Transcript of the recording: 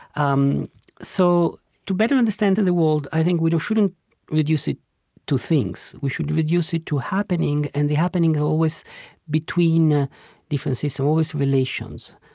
um so to better understand and the world, i think, we shouldn't reduce it to things. we should reduce it to happenings and the happenings are always between ah different systems, always relations,